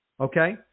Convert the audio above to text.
okay